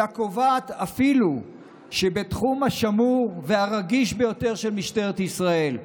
אלא קובעת שאפילו בתחום השמור והרגיש ביותר של משטרת ישראל,